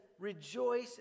Rejoice